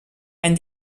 and